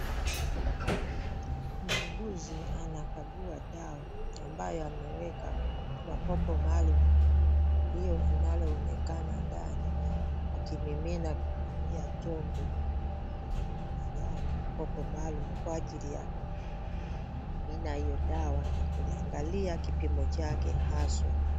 Muuguzi anakagua dawa ambayo ameweka kwa kopo maalum linalonekana ndani akimimina kutumia chombo fulani kopo maalum kwa ajili ya kumimina hiyo dawa na kuangalia kipimo chake haswa.